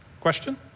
question